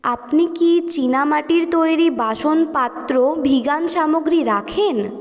আপনি কি চীনামাটির তৈরি বাসন পাত্র ভিগান সামগ্রী রাখেন